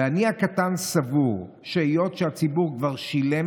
ואני הקטן סבור שהיות שהציבור כבר שילם